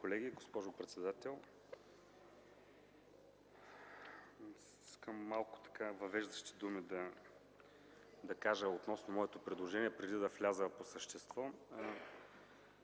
колеги, госпожо председател! Искам да кажа малко въвеждащи думи относно моето предложение, преди да вляза по същество.